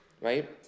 right